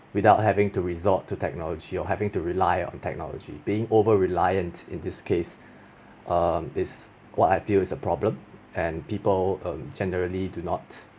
without having to resort to technology or having to rely on technology being over reliant in this case um is what I feel is a problem and people err generally do not